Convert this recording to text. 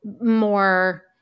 more